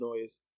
noise